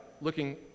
looking